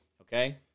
Okay